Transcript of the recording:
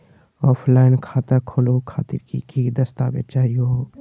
Offline खाता खोलहु खातिर की की दस्तावेज चाहीयो हो?